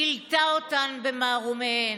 גילתה אותן במערומיהן.